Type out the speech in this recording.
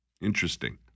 Interesting